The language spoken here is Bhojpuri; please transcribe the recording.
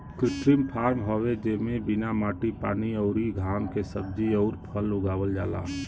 कृत्रिम फॉर्म हवे जेमे बिना माटी पानी अउरी घाम के सब्जी अउर फल उगावल जाला